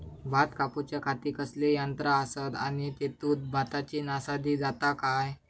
भात कापूच्या खाती कसले यांत्रा आसत आणि तेतुत भाताची नाशादी जाता काय?